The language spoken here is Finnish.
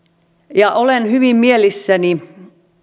olen hyvin mielissäni